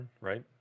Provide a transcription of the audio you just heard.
right